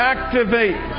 Activate